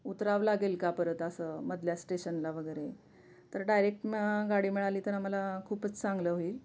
उतरावं लागेल का परत असं मधल्या स्टेशनला वगैरे तर डायरेक्ट मग गाडी मिळाली तर आम्हाला खूपच चांगलं होईल